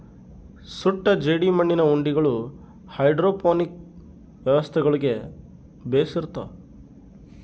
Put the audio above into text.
ಸುಟ್ಟ ಜೇಡಿಮಣ್ಣಿನ ಉಂಡಿಗಳು ಹೈಡ್ರೋಪೋನಿಕ್ ವ್ಯವಸ್ಥೆಗುಳ್ಗೆ ಬೆಶಿರ್ತವ